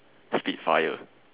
spit fire